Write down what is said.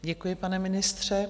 Děkuji, pane ministře.